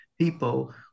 people